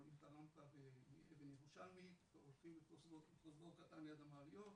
עולים את הרמפה מאבן ירושלמית והולכים פרוזדור קטן ליד המעליות,